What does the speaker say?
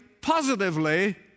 positively